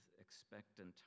expectant